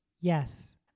Yes